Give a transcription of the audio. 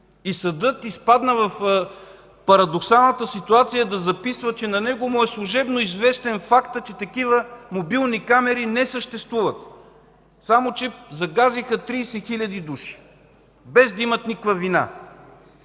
Съдът изпадна в парадоксалната ситуация да записва, че на него му е служебно известен фактът, че такива мобилни камери не съществуват. Само че загазиха 30 хиляди души, без да имат никаква вина.